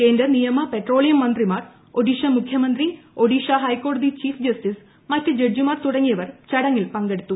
കേന്ദ്ര നിയമ പെട്രോളിയം മന്ത്രിമാർ ഒഡിഷ മുഖ്യമന്ത്രി ഒഡീഷ ഹൈക്കോടതി ചീഫ് ജസ്റ്റിസ് മറ്റ് ജഡ്ജിമാർ തുടങ്ങിയവർ ചടങ്ങിൽ പങ്കെടുത്തു